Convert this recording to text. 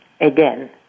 again